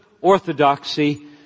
orthodoxy